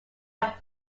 are